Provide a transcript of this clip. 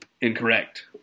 Incorrect